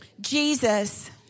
Jesus